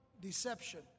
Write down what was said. Deception